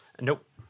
Nope